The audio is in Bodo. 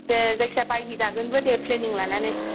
दे जायखिजाया बायहैजागोनबो दे प्लेनिं लानानै